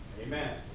Amen